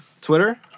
Twitter